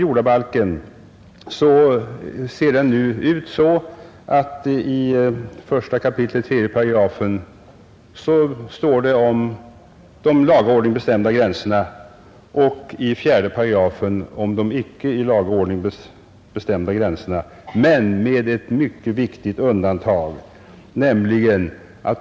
Jordabalken däremot ser nu ut så att i I kap. 3 § står det om de i laga ordning bestämda gränserna och i 4 8 om de icke i laga ordning bestämda gränserna men med ett mycket viktigt undantag.